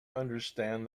understand